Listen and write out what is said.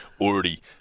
already